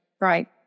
right